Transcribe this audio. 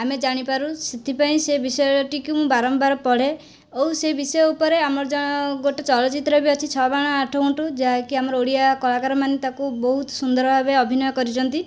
ଆମେ ଜାଣିପାରୁ ସେଥିପାଇଁ ସେ ବିଷୟଟିକୁ ମୁଁ ବାରମ୍ବାର ପଢ଼େ ଆଉ ସେ ବିଷୟ ଉପରେ ଆମର ଗୋଟିଏ ଚଳଚ୍ଚିତ୍ର ବି ଅଛି ଛ ମାଣ ଆଠ ଗୁଣ୍ଠ ଯାହାକି ଆମର ଓଡ଼ିଆ କଳାକାରମାନେ ତାକୁ ବହୁତ ସୁନ୍ଦର ଭାବେ ଅଭିନୟ କରିଛନ୍ତି